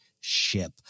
ship